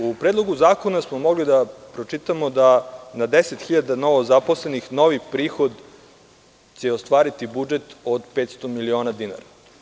U Predlogu zakona smo mogli da pročitamo da na 10.000 novozaposlenih novi prihod će ostvariti budžet od 500 miliona dinara.